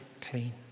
clean